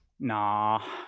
Nah